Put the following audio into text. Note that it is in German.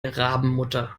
rabenmutter